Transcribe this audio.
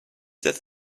that